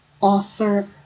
Author